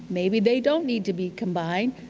maybe they don't need to be combined,